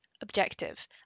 objective